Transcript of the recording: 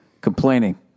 Complaining